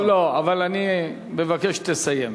לא, לא, אבל אני מבקש שתסיים.